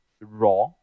raw